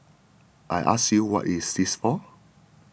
I ask you what is this for